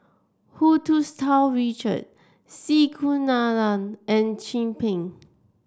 Hu Tsu Tau Richard C Kunalan and Chin Peng